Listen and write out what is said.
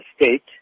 State